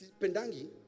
Pendangi